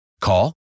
Call